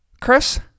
chris